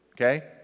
Okay